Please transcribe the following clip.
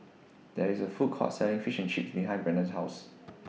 There IS A Food Court Selling Fish and Chips behind Brennan's House